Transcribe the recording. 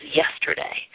yesterday